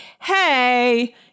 hey